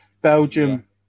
Belgium